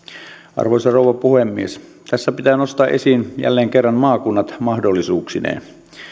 arvoisa rouva puhemies tässä pitää nostaa esiin jälleen kerran maakunnat mahdollisuuksineen